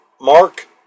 Mark